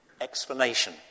explanation